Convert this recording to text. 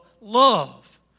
love